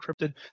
encrypted